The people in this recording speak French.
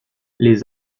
les